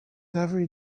every